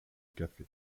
café